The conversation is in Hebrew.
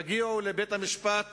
הם יגיעו לבית-המשפט